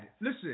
Listen